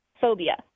phobia